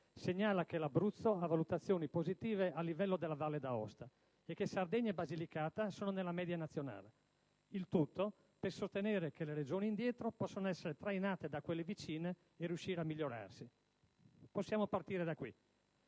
segnala che l'Abruzzo ha valutazioni positive a livello della Valle d'Aosta e che Sardegna e Basilicata sono nella media nazionale. Il tutto per sostenere che «le Regioni indietro possono essere trainate da quelle vicine e riuscire a migliorarsi». Possiamo partire da qui.